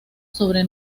sobre